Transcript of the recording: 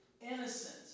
innocent